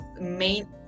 main